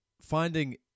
finding